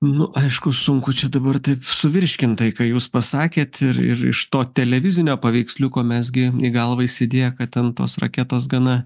nu aišku sunku čia dabar taip suvirškint tai ką jūs pasakėt ir ir iš to televizinio paveiksliuko mes gi į galvą įsidėję kad ten tos raketos gana